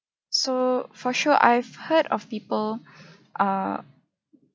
so for sure I've heard of people err